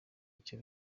icyo